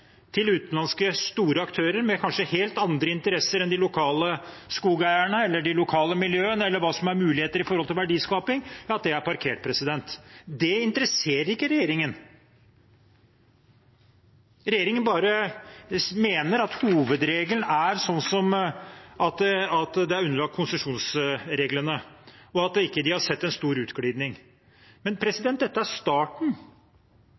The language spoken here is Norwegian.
aktører med kanskje helt andre interesser enn de lokale skogeierne eller de lokale miljøene – med tanke på muligheter for verdiskaping – vitner om at det er parkert. Det interesserer ikke regjeringen. Regjeringen bare mener at hovedregelen er at det er underlagt konsesjonsreglene, og at de ikke har sett en stor utgliding. Men